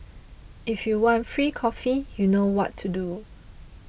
if you want free coffee you know what to do